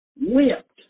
whipped